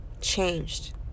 changed